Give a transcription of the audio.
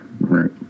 Right